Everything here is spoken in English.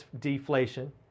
deflation